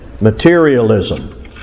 Materialism